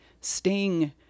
Sting